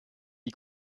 die